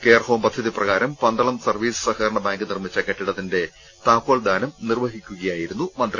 care home പദ്ധതി പ്രകാരം Pandalam service സഹകരണ ബാങ്ക് നിർമ്മിച്ച വീടിന്റെ താക്കോൽ ദാനം നിർവ്വഹിക്കുകയായിരുന്നു മന്ത്രി